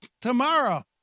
Tomorrow